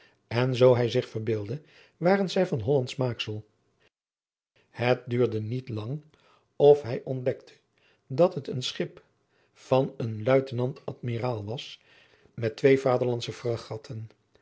en zoo hij zich verbeeldde waren zij van hollandsch maaksel het duurde niet lang of hij ontdekte dat het een schip van een luitenant admiraal was met twee